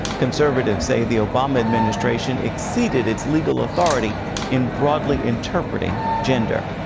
conservatives say the obama administration exceeded its legal authority in broadly interpreting gender.